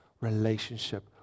relationship